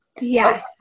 Yes